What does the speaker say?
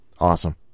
Awesome